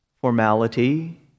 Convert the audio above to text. formality